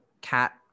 cat